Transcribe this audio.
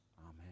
amen